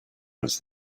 was